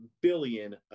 billion